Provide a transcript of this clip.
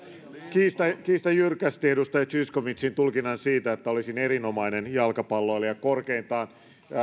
kiistän kiistän jyrkästi edustaja zyskowiczin tulkinnan siitä että olisin erinomainen jalkapalloilija korkeintaan